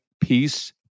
peace